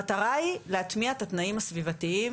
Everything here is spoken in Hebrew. המטרה היא להטמיע את התנאים הסביבתיים,